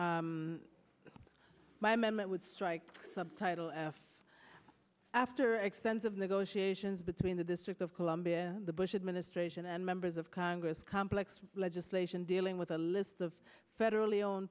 chairman my men that would strike subtitle f after extensive negotiations between the district of columbia the bush administration and members of congress complex legislation dealing with a list of federally own